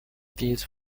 these